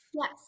Yes